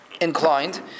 inclined